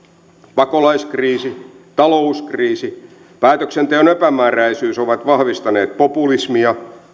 pakolaiskriisi talouskriisi ja päätöksenteon epämääräisyys ovat vahvistaneet populismia